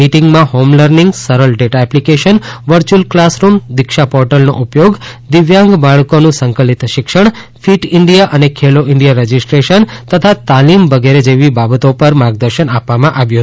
મિટિંગમાં home learning SARAL data application virtual classroom Diksha પોર્ટલનો ઉપયોગ દિવ્યાંગ બાળકોનું સંકલિત શિક્ષણ ફીટ ઇન્ડિયા અને ખેલો ઇન્ડિયા રજીસ્ટ્રેશન તથા તાલીમ વગેરે જેવી બાબતો પર માર્ગદર્શન આપવામાં આવ્યું હતું